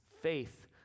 faith